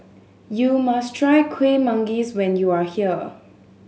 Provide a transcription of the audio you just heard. you must try Kuih Manggis when you are here